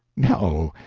no,